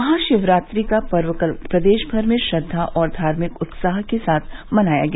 महाशिवरात्रि का पर्व कल प्रदेश भर में श्रद्वा और धार्मिक उत्साह के साथ मनाया गया